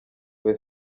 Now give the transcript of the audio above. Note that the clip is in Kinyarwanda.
ham